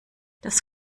das